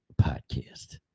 podcast